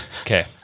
Okay